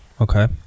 Okay